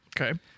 Okay